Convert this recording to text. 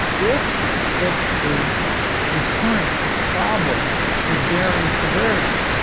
if it's a recurrent problem of varying severity.